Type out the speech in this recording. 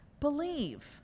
believe